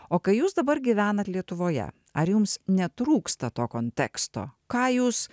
o kai jūs dabar gyvenat lietuvoje ar jums netrūksta to konteksto ką jūs